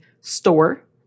store